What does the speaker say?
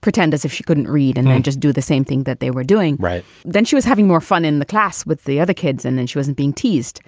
pretend as if she couldn't read and then just do the same thing that they were doing. right. then she was having more fun in the class with the other kids and then she wasn't being teased.